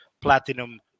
Platinum